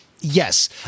Yes